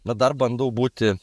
na dar bandau būti